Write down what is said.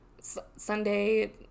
Sunday